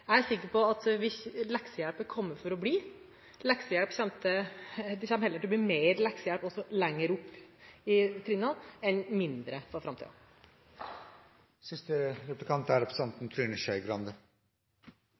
Jeg er sikker på at leksehjelp er kommet for å bli. Det kommer heller til å bli mer leksehjelp også lenger opp i trinnene enn mindre